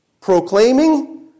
Proclaiming